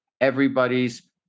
everybody's